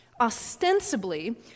ostensibly